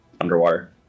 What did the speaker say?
underwater